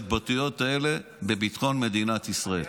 בהתבטאויות האלה הם פוגעים בביטחון מדינת ישראל.